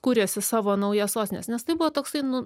kūrėsi savo naujas sostines nes tai buvo toksai nu